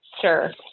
Sure